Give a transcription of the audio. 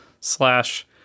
slash